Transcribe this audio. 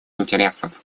интересов